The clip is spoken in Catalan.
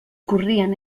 corrien